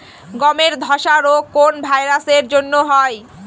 গমের ধসা রোগ কোন ভাইরাস এর জন্য হয়?